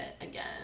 again